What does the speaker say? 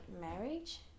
marriage